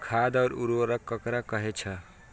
खाद और उर्वरक ककरा कहे छः?